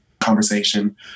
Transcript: conversation